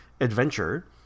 adventure